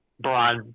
broad